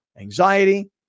anxiety